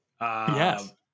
Yes